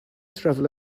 travel